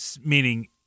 meaning